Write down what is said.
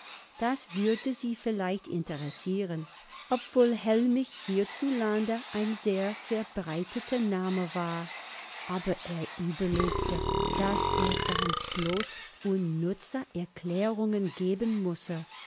das würde sie vielleicht interessieren obwohl hellmich hierzulande ein sehr verbreiteter name war aber er überlegte daß er dann bloß unnütze erklärungen geben müsse